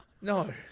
No